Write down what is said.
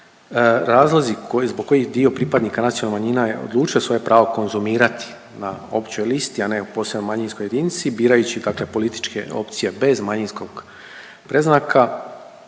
koji, zbog kojih dio pripadnika nacionalnih manjina je odlučio svoje pravo konzumirati na općoj listi, a ne u posebnoj manjinskoj jedinici birajući dakle političke opcije bez manjinskog predznaka